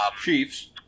Chiefs